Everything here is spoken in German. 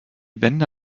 wände